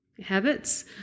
habits